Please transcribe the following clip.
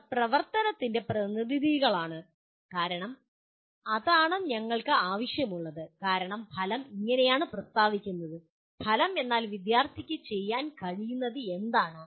അവർ പ്രവർത്തനത്തിന്റെ പ്രതിനിധികളാണ് കാരണം അതാണ് ഞങ്ങൾക്ക് ആവശ്യമുള്ളത് കാരണം ഫലം ഇങ്ങനെയാണ് പ്രസ്താവിക്കുന്നത് ഫലം എന്നാൽ വിദ്യാർത്ഥിക്ക് ചെയ്യാൻ കഴിയുന്നത് എന്താണ്